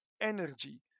energy